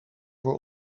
voor